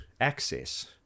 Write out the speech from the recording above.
access